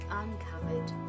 uncovered